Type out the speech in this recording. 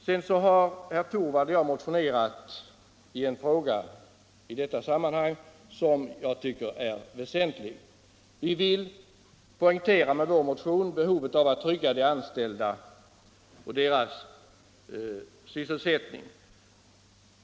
Herr Torwald och jag har motionerat i en fråga som jag tycker är väsentlig. Vi vill med vår motion poängtera behovet av att skapa trygghet för de anställda när det gäller deras sysselsättning.